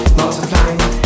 multiplying